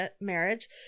marriage